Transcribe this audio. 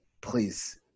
please